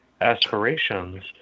aspirations